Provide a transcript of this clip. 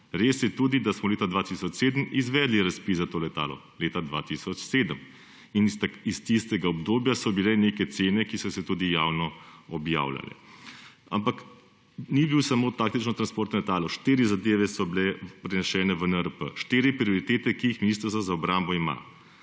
Res je tudi, da smo leta 2007 izvedli razpis za to letalo. Leta 2007. In iz tistega obdobja so bile neke cene, ki so se tudi javno objavljale. Ampak ni bilo samo taktično transportno letalo, štiri zadeve so bile prenesene v NRP, štiri prioritete, ki jih Ministrstvo za obrambo ima: